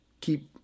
keep